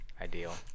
ideal